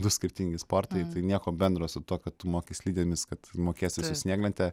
du skirtingi sportai tai nieko bendro su tuo kad tu moki slidėmis kad mokėsi ir su snieglente